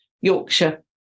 Yorkshire